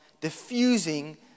diffusing